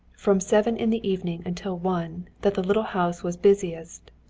from seven in the evening until one, that the little house was busiest.